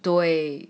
对